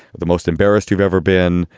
the most embarrassed you've ever been.